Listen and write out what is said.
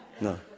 No